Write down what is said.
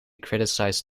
criticize